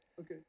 Okay